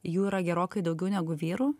jų yra gerokai daugiau negu vyrų